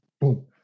Boom